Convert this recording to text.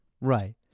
Right